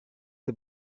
the